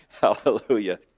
Hallelujah